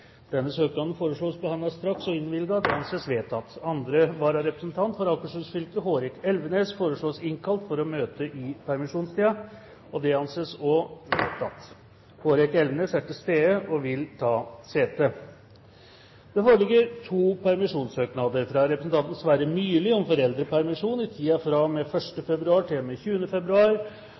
Denne søknad foreslås behandlet straks og innvilget. – Det anses vedtatt. Andre vararepresentant for Akershus fylke, Hårek Elvenes, foreslås innkalt for å møte i permisjonstiden. – Det anses vedtatt. Hårek Elvenes er til stede og vil ta sete. Det foreligger to permisjonssøknader: fra representanten Sverre Myrli om foreldrepermisjon i tiden fra og med 1. februar til og med 20. februar